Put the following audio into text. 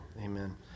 Amen